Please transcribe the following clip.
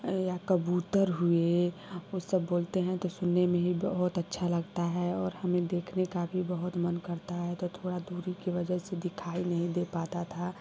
यह या कबूतर हुए उसब बोलते हैं तो सुनने में ही बहुत अच्छा लगता है और हमें देखने का भी बहुत मन करता है तो थोड़ा दूरी के बाद जैसे दिखाई नहीं दे पाता था